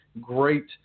great